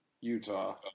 Utah